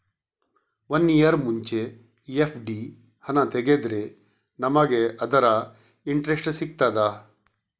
One year ಮುಂಚೆ FD ಹಣ ತೆಗೆದ್ರೆ ನಮಗೆ ಅದರ ಇಂಟ್ರೆಸ್ಟ್ ಸಿಗ್ತದ?